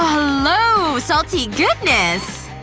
hello, salty goodness!